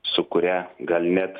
su kuria gal net